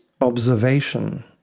observation